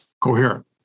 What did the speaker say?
coherent